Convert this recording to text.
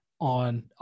on